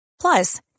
Plus